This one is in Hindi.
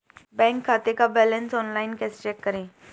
बैंक खाते का बैलेंस ऑनलाइन कैसे चेक करें?